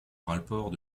rapport